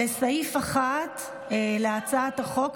לסעיף 1 להצעת החוק,